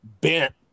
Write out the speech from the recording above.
bent